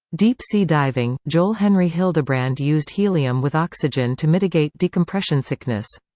deep sea diving joel henry hildebrand used helium with oxygen to mitigate decompression sickness.